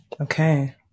okay